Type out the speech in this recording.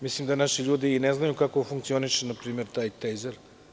Mislim da naši ljudi i ne znaju kako funkcioniše npr. taj tejzer.